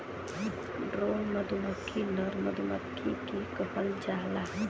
drone मधुमक्खी नर मधुमक्खी के कहल जाला